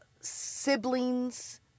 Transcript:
siblings